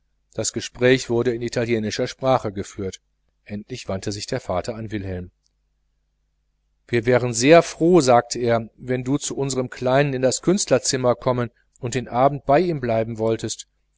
das gespräch wurde in italienischer sprache geführt endlich wandte sich der vater an wilhelm wir wären sehr froh sagte er wenn du zu unserem kleinen in das künstlerzimmer kommen und den abend bei ihm bleiben wolltest